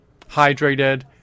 hydrated